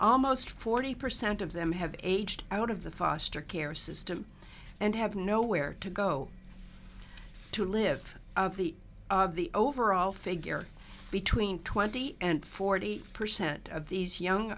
almost forty percent of them have aged out of the foster care system and have nowhere to go to live of the of the overall figure between twenty and forty percent of these young